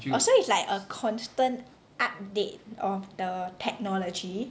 orh so it's like a constant update of the technology